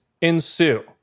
ensue